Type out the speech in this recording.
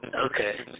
Okay